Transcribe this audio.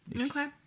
Okay